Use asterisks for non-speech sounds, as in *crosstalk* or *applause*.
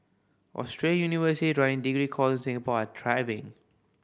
Australian *unintelligible* running degree course in Singapore are thriving